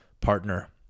partner